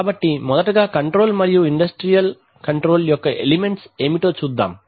కాబట్టి మొదటగా కంట్రోల్ మరియు ఇండస్ట్రియల్ కంట్రోల్ యొక్క ఎలిమెంట్స్ ఏమిటో చూద్దాం